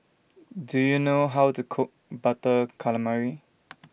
Do YOU know How to Cook Butter Calamari